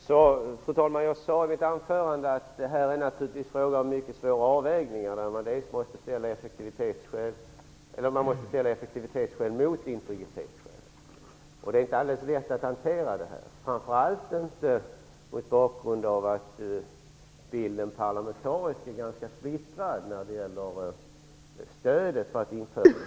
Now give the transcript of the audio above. Fru talman! Jag sade i mitt anförande att det är fråga om mycket svåra avvägningar när man måste ställa effektivitetsskäl mot integritetsskäl. Det är inte helt lätt att hantera detta, framför allt inte mot bakgrund av att bilden parlamentariskt sett är ganska splittrad när det gäller stödet för att införa buggning.